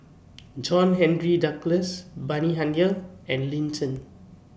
John Henry Duclos Bani Haykal and Lin Chen